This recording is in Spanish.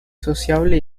sociable